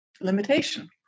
limitation